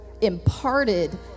imparted